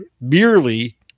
merely